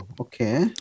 okay